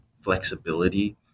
flexibility